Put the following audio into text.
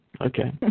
Okay